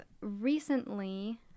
recently